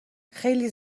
خیلی